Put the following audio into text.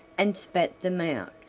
and spat them out.